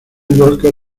walker